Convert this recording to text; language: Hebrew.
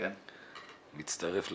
מצטרף לתודות.